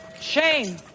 Shame